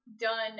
done